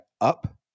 up